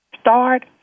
start